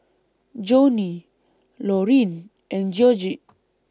Joanie Loreen and Georgette